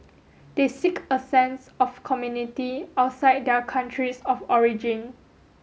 they seek a sense of community outside their countries of origin